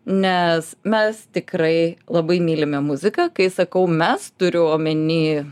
nes mes tikrai labai mylime muziką kai sakau mes turiu omeny